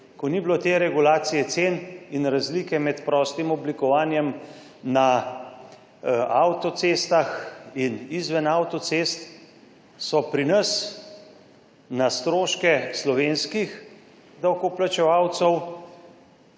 Ko ni bilo te regulacije cen in razlike med prostim oblikovanjem na avtocestah in izven avtocest so pri nas na stroške slovenskih davkoplačevalcev